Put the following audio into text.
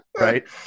right